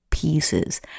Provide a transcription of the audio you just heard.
Pieces